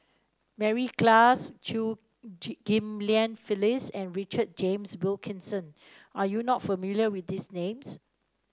Mary Klass Chew Ghim Lian Phyllis and Richard James Wilkinson are you not familiar with these names